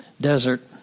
desert